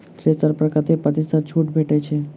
Thresher पर कतै प्रतिशत छूट भेटय छै?